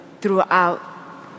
throughout